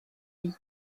huy